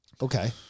Okay